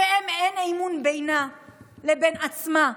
שבה אין אמון בינה לבין עצמה.